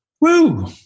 Woo